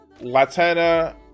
Latina